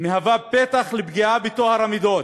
מהווה פתח לפגיעה בטוהר המידות.